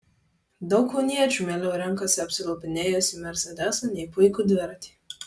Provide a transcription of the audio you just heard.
daug kauniečių mieliau renkasi apsilupinėjusį mersedesą nei puikų dviratį